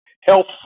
health